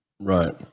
right